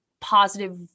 positive